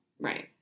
Right